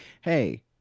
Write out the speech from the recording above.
Hey